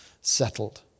settled